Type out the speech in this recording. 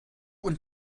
und